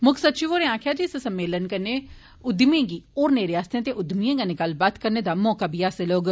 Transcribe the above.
म्क्ख सचिव होरें आखेआ जे इस सम्मेलन कन्नै उद्यमिएं गी होरनें रिआसतें दे उद्यमिएं कन्नै गल्लबात करने दा मौका बी हासल होग